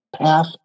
path